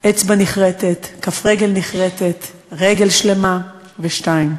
האצבע נכרתת, כף הרגל נכרתת, רגל שלמה, ושתיים.